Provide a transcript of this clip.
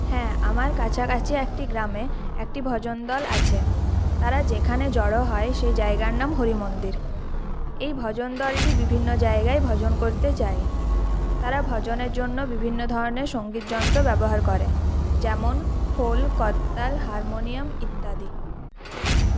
হ্যাঁ আমার কাছাকাছি একটি গ্রামে একটি ভজন দল আছে তারা যেখানে জড়ো হয় সেই জায়গার নাম হরিমন্দির এই ভজন দলটি বিভিন্ন জায়গায় ভজন করতে যায় তারা ভজনের জন্য বিভিন্ন ধরনের সঙ্গীত যন্ত্র ব্যবহার করে যেমন খোল কর্তাল হারমোনিয়াম ইত্যাদি